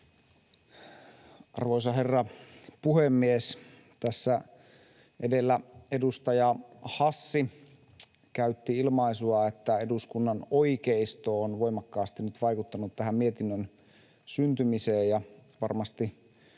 Arvoisa herra puhemies! Tässä edellä edustaja Hassi käytti ilmaisua, että eduskunnan oikeisto on voimakkaasti nyt vaikuttanut tämän mietinnön syntymiseen, ja varmasti